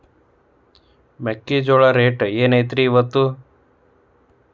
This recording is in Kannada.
ಮೆಕ್ಕಿಜೋಳ ರೇಟ್ ಏನ್ ಐತ್ರೇ ಇಪ್ಪತ್ತು?